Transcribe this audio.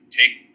take